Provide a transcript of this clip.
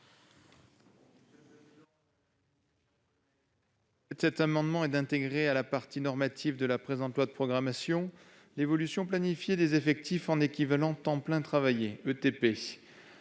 cet amendement est d'intégrer à la partie normative de la loi de programmation l'évolution planifiée des effectifs en équivalents temps plein travaillé, ou ETP.